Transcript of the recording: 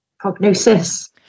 Prognosis